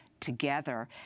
together